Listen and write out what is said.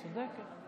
צודקת.